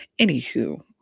Anywho